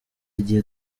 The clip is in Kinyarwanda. igihe